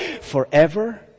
forever